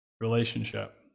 relationship